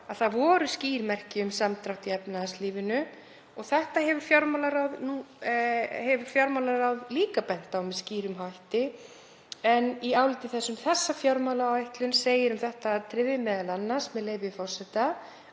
að það voru skýr merki um samdrátt í efnahagslífinu. Þetta hefur fjármálaráð líka bent á með skýrum hætti en í áliti þess um þessa fjármálaáætlun segir m.a. um þetta atriði, með leyfi forseta: